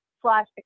slash